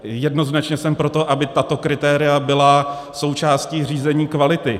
Jednoznačně jsem pro to, aby tato kritéria byla součástí řízení kvality.